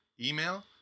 email